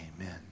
Amen